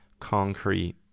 concrete